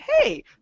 Hey